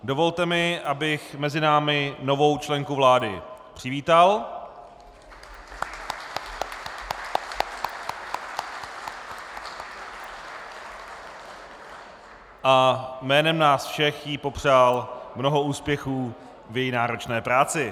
Dovolte mi, abych mezi námi novou členku vlády přivítal a jménem nás všech jí popřál mnoho úspěchů v její náročné práci.